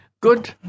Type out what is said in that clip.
Good